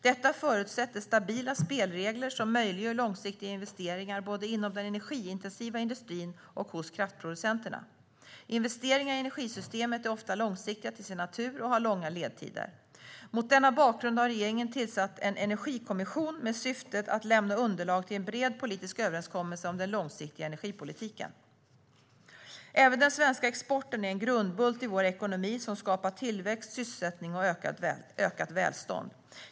Detta förutsätter stabila spelregler som möjliggör långsiktiga investeringar både inom den energiintensiva industrin och hos kraftproducenterna. Investeringar i energisystemet är ofta långsiktiga till sin natur och har långa ledtider. Mot denna bakgrund har regeringen tillsatt en energikommission med syftet att lämna underlag till en bred politiskt överenskommelse om den långsiktiga energipolitiken. Även den svenska exporten är en grundbult i vår ekonomi som skapar tillväxt, sysselsättning och ökat välstånd.